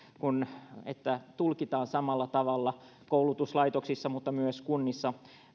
että tulkitaan samalla tavalla koulutuslaitoksissa mutta myös kunnissa